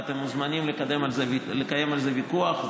ואתם מוזמנים לקיים על זה ויכוח.